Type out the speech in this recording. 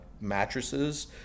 mattresses